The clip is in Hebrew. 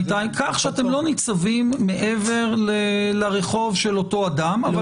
כך שאתם לא ניצבים מעבר לרחוב של אותו אדם,